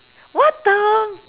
what the